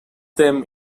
them